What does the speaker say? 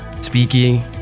speaking